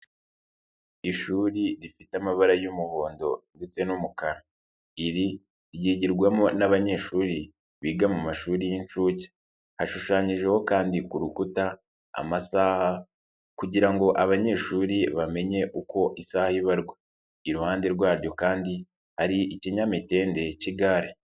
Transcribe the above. Ishuri rifite amabara y'umuhondo ndetse n'umukara. Iri ryigirwamo n'abanyeshuri biga mu mashuri y'inshuke, hashushanyijeho kandi ku rukuta amasaha kugira ngo abanyeshuri bamenye uko isaha ibarwa. Iruhande rwaryo kandi hari ikinyamitende cy'igare.